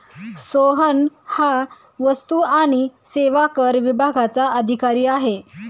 सोहन हा वस्तू आणि सेवा कर विभागाचा अधिकारी आहे